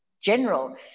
general